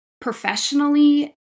professionally